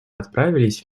отправились